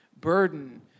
burden